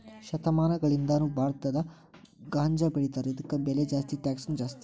ಶತಮಾನಗಳಿಂದಾನು ಭಾರತದಾಗ ಗಾಂಜಾಬೆಳಿತಾರ ಇದಕ್ಕ ಬೆಲೆ ಜಾಸ್ತಿ ಟ್ಯಾಕ್ಸನು ಜಾಸ್ತಿ